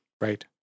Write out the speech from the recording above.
Right